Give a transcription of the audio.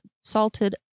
salted